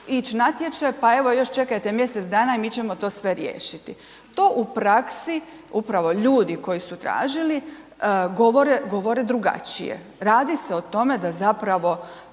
ići natječaj pa evo, još čekajte mjesec dana i mi ćemo to sve riješiti. To u praksi upravo ljudi koji su tražili govore drugačije. Radi se o tome da zapravo